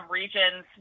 regions